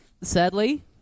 sadly